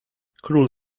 król